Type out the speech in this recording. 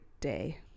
day